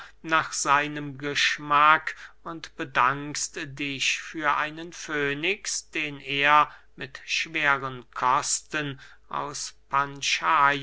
nach seinem geschmack und bedankst dich für einen fönix den er mit schweren kosten aus